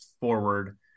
forward